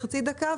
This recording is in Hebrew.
חצי דקה,